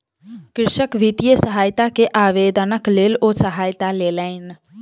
कृषक वित्तीय सहायता के आवेदनक लेल ओ सहायता लेलैन